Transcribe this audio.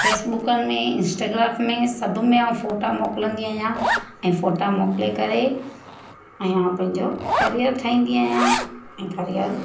फेसबुकनि में इंस्टाग्राम में सभु में फोटा मोकिलिंदी आहियां ऐं फोटा मोकिले करे ऐं ऐं पंहिंजो करियर ठाहींदी आहियां ऐं करियर